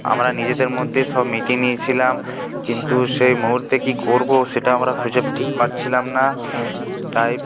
আমরা নিজেদের মধ্যেই সব মিটিয়ে নিয়েছিলাম কিন্তু সেই মুহুর্তে কি করবো সেটা আমরা খুঁজে ঠিক পাচ্ছিলাম না তাই